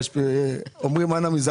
השמן לטורבינות זה מכתב שקיבלנו אתמול מחברת